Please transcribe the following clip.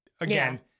Again